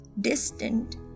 distant